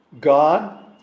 God